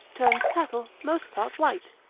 turns cattle most part white,